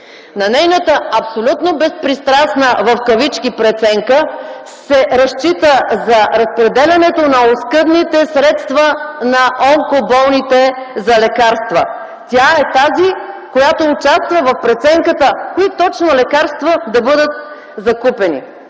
На нейната абсолютно „безпристрастна преценка” се разчита за разпределянето на оскъдните средства на онкоболните за лекарства. Тя е тази, която участва в преценката на това кои точно лекарства да бъдат закупени.